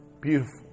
beautiful